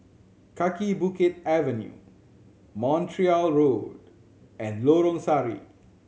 Kaki Bukit Avenue Montreal Road and Lorong Sari